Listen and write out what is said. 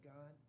God